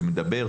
שאומר,